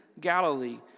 Galilee